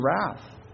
wrath